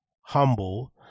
humble